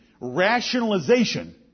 rationalization